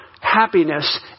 happiness